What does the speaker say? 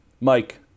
Mike